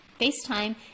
FaceTime